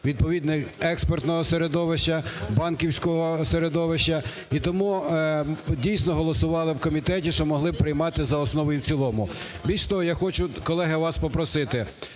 відповідно експертного середовища, банківського середовища і тому дійсно голосували в комітеті, що могли приймати за основу і в цілому. Більше того, я хочу, колеги, вас попросити,